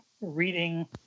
reading